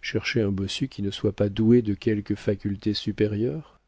cherchez un bossu qui ne soit pas doué de quelque faculté supérieure